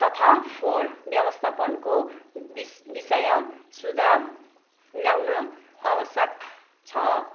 तथा फोहोर व्यवस्थापनको विष विषय सुधार ल्याउन आवश्यक छ